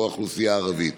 או האוכלוסייה הערבית.